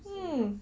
mm